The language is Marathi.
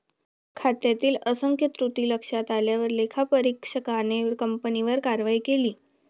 खात्यातील असंख्य त्रुटी लक्षात आल्यावर लेखापरीक्षकाने कंपनीवर कारवाई केली